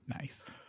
Nice